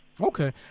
Okay